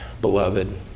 beloved